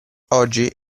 oggi